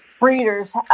breeders